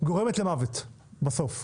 גורמת למוות בסוף,